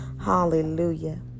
Hallelujah